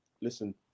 listen